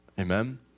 Amen